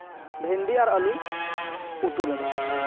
ᱵᱷᱮᱱᱰᱤ ᱟᱨ ᱟᱹᱞᱩᱧ ᱩᱛᱩ ᱞᱮᱫᱟ